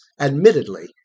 admittedly